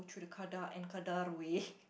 through the qada' and qadar way